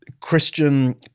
Christian